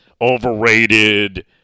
overrated